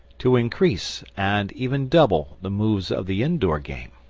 to increase, and even double, the moves of the indoor game.